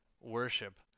worship